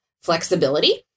flexibility